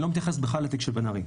אני לא מתייחס בכלל לתיק של בן ארי,